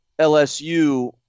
LSU